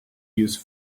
use